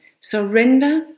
Surrender